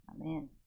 Amen